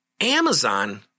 Amazon